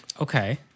Okay